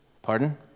Pardon